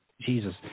Jesus